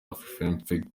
afrifame